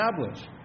establish